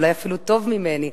ואולי אפילו טוב ממני.